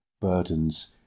burdens